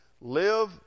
live